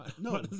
No